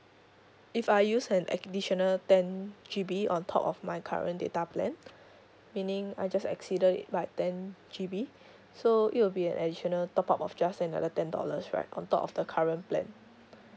if I use an additional ten G_B on top of my current data plan meaning I just exceeded it by ten G_B so it will be an additional top up of just another ten dollars right on top of the current plan